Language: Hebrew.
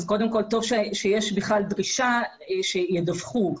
אז טוב שיש דרישה שידווחו,